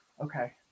Okay